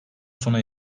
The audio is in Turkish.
sona